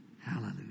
Hallelujah